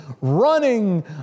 running